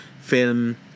film